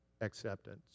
acceptance